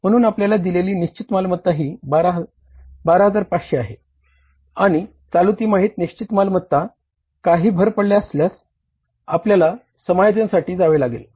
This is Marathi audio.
म्हणून आपल्याला दिलेली निश्चित मालमत्ता ही 12500 आहे आणि चालू तिमाहीत निश्चित मालमत्तेत जावे लागेल